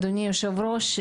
אדוני היושב-ראש,